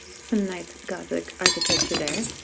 some nice gothic architecture there.